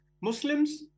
Muslims